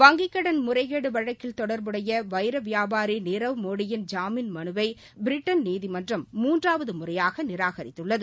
வங்கிக் கடன் முறைகேடு வழக்கில் தொடர்புடைய வைர வியாபாரி நீரவ் மோடியின் ஜாமீன் மனுவினை பிரிட்டன் நீதிமன்றம் மூன்றாவது முறையாக நிராகரித்துள்ளது